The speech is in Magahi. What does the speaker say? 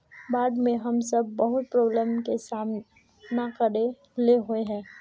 बाढ में हम सब बहुत प्रॉब्लम के सामना करे ले होय है?